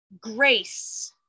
Grace